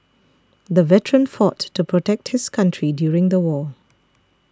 the veteran fought to protect his country during the war